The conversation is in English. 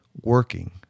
working